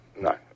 no